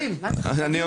איך עשיתם?